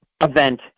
event